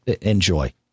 enjoy